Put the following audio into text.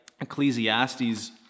Ecclesiastes